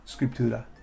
Scriptura